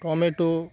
tomato